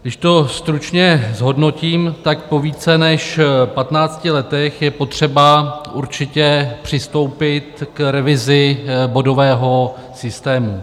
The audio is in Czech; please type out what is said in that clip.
Když to stručně zhodnotím, po více než patnácti letech je potřeba určitě přistoupit k revizi bodového systému.